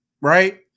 right